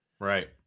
Right